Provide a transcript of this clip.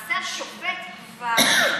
שלמעשה השופט יקבע,